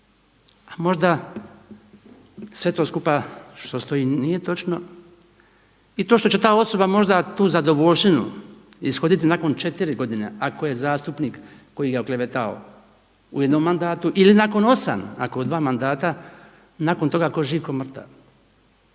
a možda sve to skupa što stoji nije točno i to što će ta osoba možda tu zadovoljštinu ishoditi nakon četiri godine ako je zastupnik koji ga je oklevetao u jednom mandatu ili nakon osam nakon dva mandata, nakon toga tko živ tko mrtav.